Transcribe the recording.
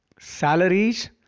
Salaries